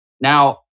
Now